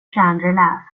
kärnrelä